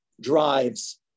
drives